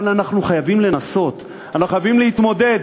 אבל אנחנו חייבים לנסות, אנחנו חייבים להתמודד.